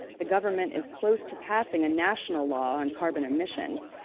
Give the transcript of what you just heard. the government is close to passing a national law on carbon emissions,